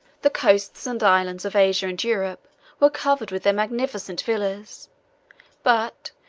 the coasts and islands of asia and europe were covered with their magnificent villas but,